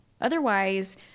Otherwise